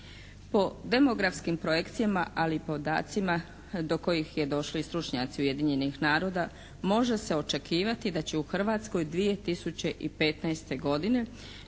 Po demografskim projekcijama, ali i podacima do kojih je došlo i stručnjaci Ujedinjenih naroda može se očekivati da će u Hrvatskoj 2015. godine